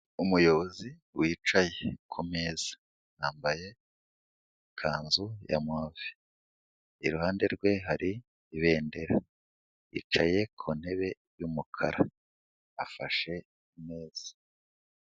Umuyobozi wicaye ku meza yambaye ikanzu ya move, iruhande rwe hari ibendera, yicaye ku ntebe y'umukara afashe imeza.